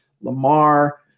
Lamar